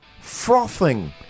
frothing